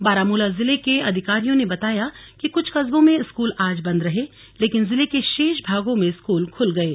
बारामूला जिले के अधिकारियों ने बताया कि कुछ कस्बों में स्कूल आज बंद रहे लेकिन जिले के शेष भागों में स्कूल खुल गये